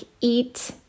eat